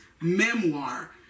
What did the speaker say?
memoir